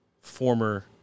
former